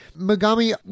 Megami